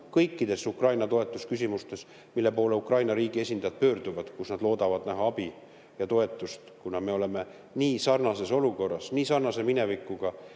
kõikides Ukraina toetamise küsimustes, mille poole Ukraina riigi esindajad pöörduvad, kust nad loodavad saada abi ja toetust, kuna me oleme nii sarnases olukorras, nii sarnase minevikuga,